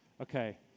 Okay